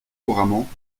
couramment